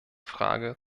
frage